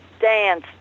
dance